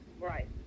Right